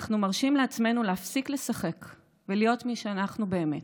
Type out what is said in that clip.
אנחנו מרשים לעצמנו להפסיק לשחק ולהיות מי שאנחנו באמת.